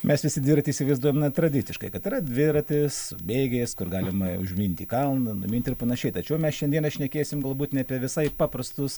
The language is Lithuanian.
mes visi dviratį įsivaizduojam na tradiciškai kad yra dviratis su bėgiais kur galima užminti į kalną numint ir panašiai tačiau mes šiandieną šnekėsim galbūt ne apie visai paprastus